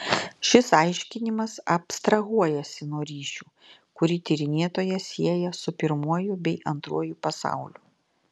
šis aiškinimas abstrahuojasi nuo ryšių kurį tyrinėtoją sieja su pirmuoju bei antruoju pasauliu